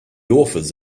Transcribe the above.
authors